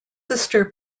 sister